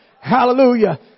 Hallelujah